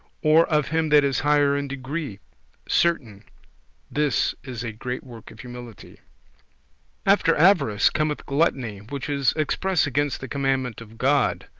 or of him that is higher in degree certain this is a great work of humility. after avarice cometh gluttony, which is express against the commandment of god.